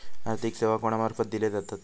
आर्थिक सेवा कोणा मार्फत दिले जातत?